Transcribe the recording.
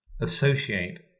associate